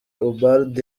ubald